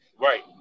Right